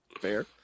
fair